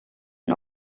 and